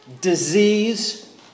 Disease